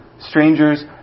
strangers